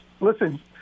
listen